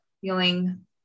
feeling